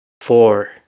four